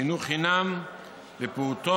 חינוך חינם לפעוטות